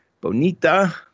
bonita